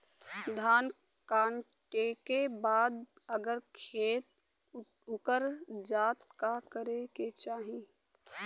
धान कांटेके बाद अगर खेत उकर जात का करे के चाही?